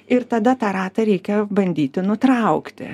ir tada tą ratą reikia bandyti nutraukti